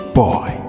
boy